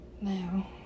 now